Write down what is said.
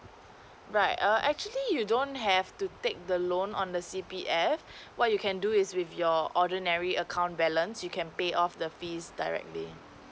right err actually you don't have to take the loan on the C_P_F what you can do is with your ordinary account balance you can pay off the fees directly